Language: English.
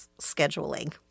scheduling